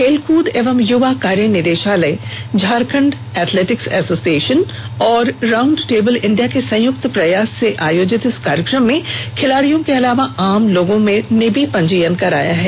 खेलकूद एवं युवा कार्य निदेषालय झारखंड एथलेटिक्स एसोसिएषन और राउंड टेबल इंडिया के संयुक्त प्रयास से आयोजित इस कार्यक्रम में खिलाड़ियों के अलावा आम लोगों ने भी पंजीयन करवाया है